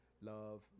love